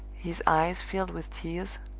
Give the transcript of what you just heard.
his eyes filled with tears,